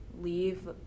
leave